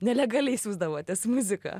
nelegaliai siųsdavotės muziką